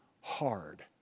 hard